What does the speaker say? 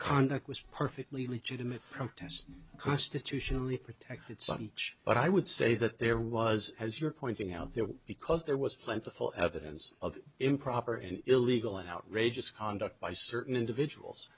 conduct was perfectly legitimate protest constitutionally protected such but i would say that there was as you're pointing out there because there was plentiful evidence of improper and illegal and outrageous conduct by certain individuals